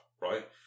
right